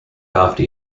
after